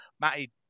Matty